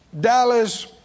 Dallas